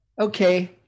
Okay